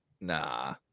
Nah